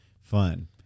fun